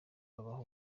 babaha